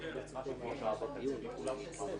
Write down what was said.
פציעה בנסיבות מחמירות וכו'.